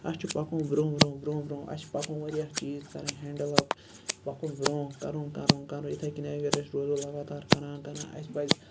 اَسہِ چھُ پَکُن برونٛہہ برونٛہہ برونٛہہ برونٛہہ اَسہِ چھُ پَکُن واریاہ چیٖز کَرٕنۍ ہیٚنڈٕل اَپ پَکُن برونٛہہ کَرُن کَرُن کَرُن یِتھے کٔنۍ ییٚلہِ أسۍ روزو لَگاتار کَران اَسہِ پَزِ